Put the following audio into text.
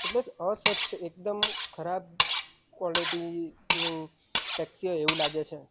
એટલે અસ્વચ્છ એકદમ ખરાબ કોલેટીની ટેક્સી એવું લાગે છે